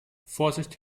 vorsicht